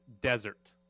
desert